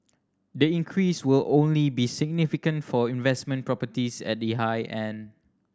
the increase will only be significant for investment properties at the high end